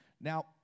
Now